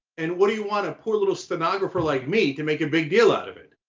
and what do you want, a poor little stenographer like me to make a big deal out of it?